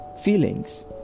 Feelings